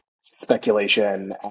speculation